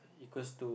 equals to